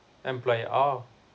employer oh